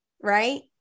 Right